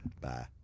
Bye